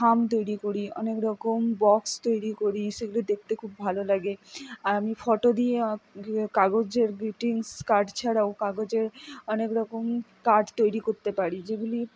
খাম তৈরি করি অনেক রকম বক্স তৈরি করি সেগুলো দেখতে খুব ভালো লাগে আর আমি ফটো দিয়ে কাগজের গ্রিটিংস কার্ড ছাড়াও কাগজের অনেক রকম কার্ড তৈরি করতে পারি যেগুলি